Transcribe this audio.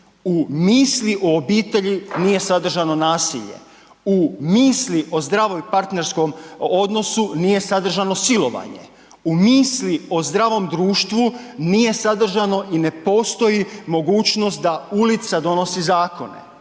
u misli o obitelji nije sadržano nasilje, u misli o zdravoj partnerskom odnosu nije sadržano silovanje, u misli o zdravom društvu nije sadržano i ne postoji mogućnost da ulica donosi zakone,